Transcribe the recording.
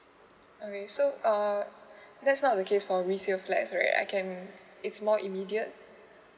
okay so err that's not the case for resale flat sorry I can mm mm it's more immediate